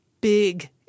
big